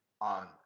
on